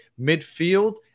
midfield